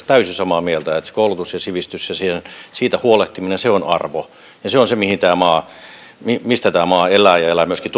täysin samaa mieltä että se koulutus ja sivistys ja siitä huolehtiminen on arvo ja se on se mistä tämä maa elää ja elää myöskin